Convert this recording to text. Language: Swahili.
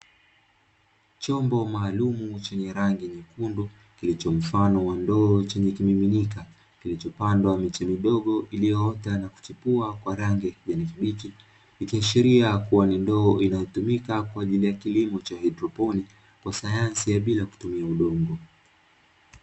Chombo maalumu chenye rangi nyekundu, kilicho mfano wa ndoo, chenye kimiminika, kilichopandwa miti midogo iliyoota na kuchipua kwa rangi ya kijani kibichi, ikiashiria kuwa ni ndoo inayotumika kwa ajili ya kilimo cha haidroponi, kwa sayansi ya bila kutumia udongo.